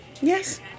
Yes